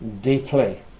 deeply